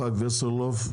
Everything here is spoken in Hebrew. יצחק וסרלוף.